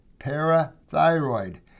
parathyroid